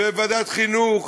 וועדת חינוך,